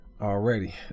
already